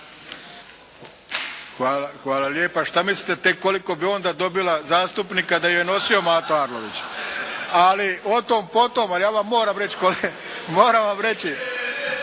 Hvala lijepa. Šta mislite tek koliko bi onda dobila zastupnika da je nosio Mato Arlović? Ali otom-potom. A ja vam moram reći, moram vam reći